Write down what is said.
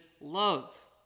love